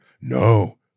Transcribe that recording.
No